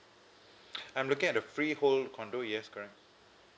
I'm looking at the free hold condo yes correct